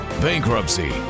Bankruptcy